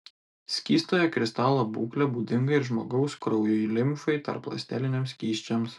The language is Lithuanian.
skystojo kristalo būklė būdinga ir žmogaus kraujui limfai tarpląsteliniams skysčiams